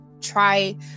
try